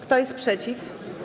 Kto jest przeciw?